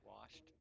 washed